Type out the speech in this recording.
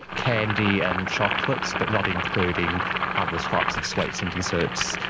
candy and chocolates, but not including other types of sweets and deserts.